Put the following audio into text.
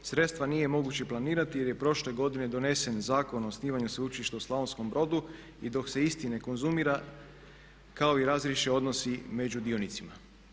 Sredstva nije moguće planirati jer je prošle godine donesen Zakon o osnivanju Sveučilišta u Slavonskom Brodu i dok se isti ne konzumira kao i razriješe odnosi među dionicima.